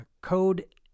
code